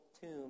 tomb